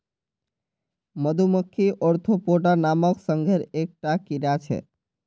मधुमक्खी ओर्थोपोडा नामक संघेर एक टा कीड़ा छे